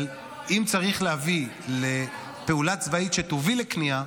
אבל אם צריך להביא לפעולה צבאית שתוביל לכניעה,